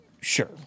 Sure